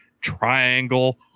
triangle